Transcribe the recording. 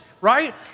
right